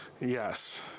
Yes